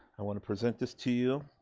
i wanna present this to you